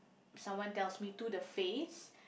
someone tells me to the face